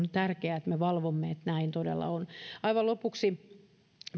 on tärkeää että me valvomme että näin todella on aivan lopuksi